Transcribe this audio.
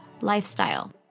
lifestyle